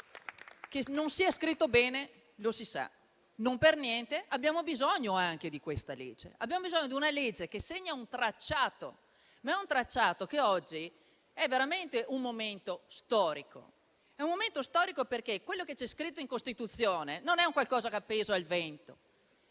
Che non sia scritto bene lo si sa; non per niente abbiamo bisogno di questa legge. Abbiamo bisogno di una legge che segni un tracciato, ma un tracciato che oggi è veramente un momento storico. Quello che c'è scritto in Costituzione non è un qualcosa appeso al vento.